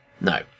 No